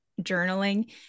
journaling